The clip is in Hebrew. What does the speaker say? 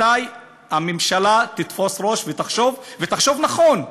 מתי הממשלה תתפוס ראש ותחשוב, תחשוב נכון,